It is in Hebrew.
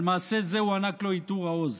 על מעשה זה הוענק לו: עיטור העוז".